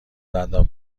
دندان